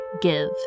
give